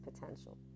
potential